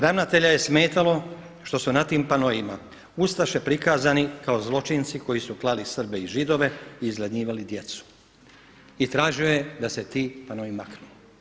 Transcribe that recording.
Ravnatelja je smetalo što su na tim panoima ustaše prikazani kao zločinci koji su klali Srbe i Židove i izgladnjivali djecu i tražio je da se ti panoi maknu.